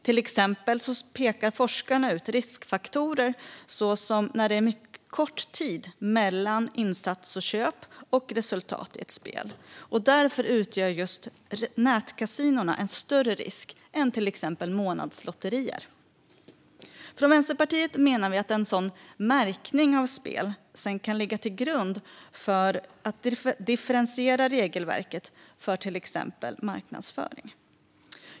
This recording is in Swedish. Till exempel pekar forskarna ut riskfaktorer såsom när det är mycket kort tid mellan insats och köp samt resultat i ett spel, och därför utgör nätkasinon en större risk än till exempel månadslotterier. Från Vänsterpartiet menar vi att en sådan märkning av spel kan ligga till grund för att differentiera regelverket för till exempel marknadsföring.